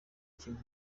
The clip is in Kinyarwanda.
kimwe